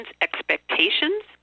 expectations